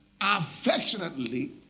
affectionately